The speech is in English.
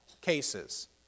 cases